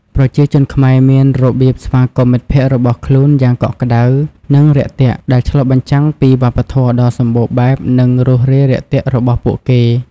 ប្រជាជនខ្មែរមានរបៀបស្វាគមន៍មិត្តភក្តិរបស់ខ្លួនយ៉ាងកក់ក្តៅនិងរាក់ទាក់ ដែលឆ្លុះបញ្ចាំងពីវប្បធម៌ដ៏សម្បូរបែបនិងភាពរួសរាយរាក់ទាក់របស់ពួកគេ។